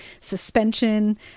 suspension